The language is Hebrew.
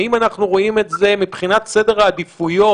האם אנחנו רואים את זה מבחינת סדר העדיפויות